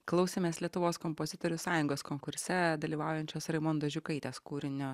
klausėmės lietuvos kompozitorių sąjungos konkurse dalyvaujančios raimondos žiūkaitės kūrinio